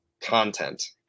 Content